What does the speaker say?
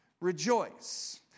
Rejoice